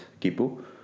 Kipu